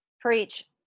Preach